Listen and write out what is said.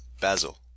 Basil